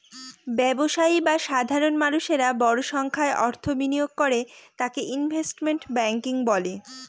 ব্যবসায়ী বা সাধারণ মানুষেরা বড় সংখ্যায় অর্থ বিনিয়োগ করে তাকে ইনভেস্টমেন্ট ব্যাঙ্কিং বলে